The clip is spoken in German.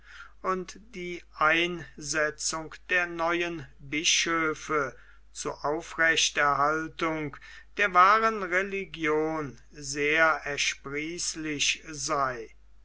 und die einsetzung der neuen bischöfe zu aufrechthaltung der wahren religion sehr ersprießlich sei